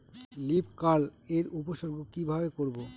Leaf curl এর উপসর্গ কিভাবে করব?